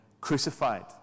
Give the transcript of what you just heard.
crucified